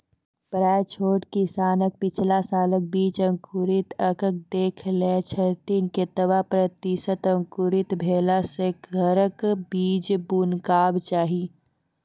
प्रायः छोट किसान पिछला सालक बीज अंकुरित कअक देख लै छथिन, केतबा प्रतिसत अंकुरित भेला सऽ घरक बीज बुनबाक चाही?